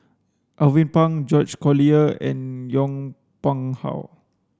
Alvin Pang George Collyer and Yong Pung How